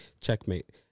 Checkmate